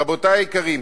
רבותי היקרים,